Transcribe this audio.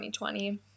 2020